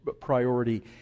priority